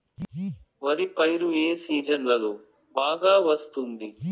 వరి పైరు ఏ సీజన్లలో బాగా వస్తుంది